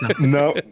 no